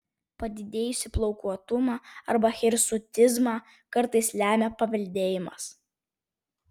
padidėjusį plaukuotumą arba hirsutizmą kartais lemia paveldėjimas